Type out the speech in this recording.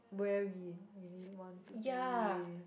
where we really want to be